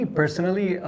personally